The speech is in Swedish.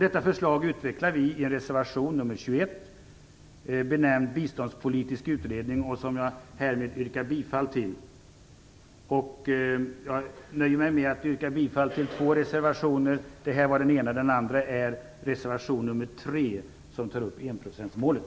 Detta förslag utvecklar vi i reservation nr 21, benämnd biståndspolitisk utredning, som jag härmed yrkar bifall. Jag nöjer mig med att yrka bifall till två reservationer. Reservation nr 21 är den ena. Den andra är reservation nr 3 som tar upp enprocentsmålet.